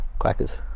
quackers